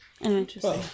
Interesting